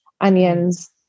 onions